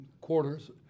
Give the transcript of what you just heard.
quarters